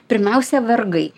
pirmiausia vergai